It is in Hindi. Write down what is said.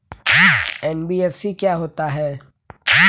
एन.बी.एफ.सी क्या होता है?